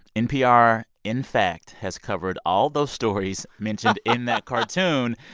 npr, in fact, has covered all those stories mentioned in that cartoon,